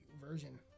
version